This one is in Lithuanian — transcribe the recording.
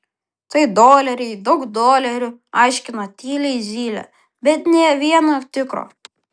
tai doleriai daug dolerių aiškino tyliai zylė bet nė vieno tikro